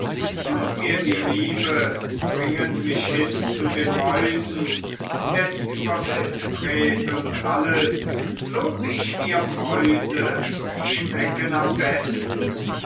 tut mir die liebe bringet mich hin zu den mäusen denn über wildbret und alles lob ich mir mäuse die schmecken am besten